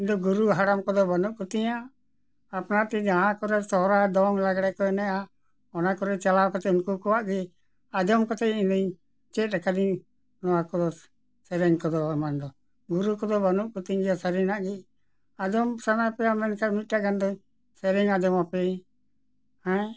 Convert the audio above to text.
ᱤᱧ ᱫᱚ ᱜᱩᱨᱩ ᱦᱟᱲᱟᱢ ᱠᱚᱫᱚ ᱵᱟᱹᱱᱩᱜ ᱠᱚᱛᱤᱧᱟ ᱟᱯᱱᱟᱨ ᱛᱮ ᱡᱟᱦᱟᱸ ᱠᱚᱨᱮ ᱥᱚᱦᱨᱟᱭ ᱫᱚᱝ ᱞᱟᱜᱽᱲᱮ ᱠᱚ ᱮᱱᱮᱡᱼᱟ ᱚᱱᱟ ᱠᱚᱨᱮ ᱪᱟᱞᱟᱣ ᱠᱟᱛᱮᱜ ᱩᱱᱠᱩ ᱠᱚᱣᱟᱜ ᱜᱮ ᱟᱸᱡᱚᱢ ᱠᱟᱛᱮ ᱤᱧ ᱫᱚᱧ ᱪᱮᱫ ᱟᱠᱟᱫᱤᱧ ᱱᱚᱣᱟ ᱠᱚᱫᱚ ᱥᱮᱨᱮᱧ ᱠᱚᱫᱚ ᱮᱢᱟᱱ ᱫᱚ ᱜᱩᱨᱩ ᱠᱚᱫᱚ ᱵᱟᱹᱱᱩᱜ ᱠᱚᱛᱤᱧ ᱜᱮᱭᱟ ᱥᱟᱹᱨᱤᱱᱟᱜᱼᱜᱮ ᱟᱸᱡᱚᱢ ᱥᱟᱱᱟᱭ ᱯᱮᱭᱟ ᱢᱮᱱᱠᱷᱟᱱ ᱢᱤᱫᱴᱮᱡ ᱜᱟᱱ ᱫᱚᱭ ᱥᱮᱨᱮᱧ ᱟᱸᱡᱚᱢᱟᱯᱮᱭᱤᱧ ᱦᱮᱸ